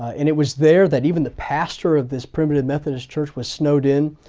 and it was there that even the pastor of this primitive methodist church was snowed in.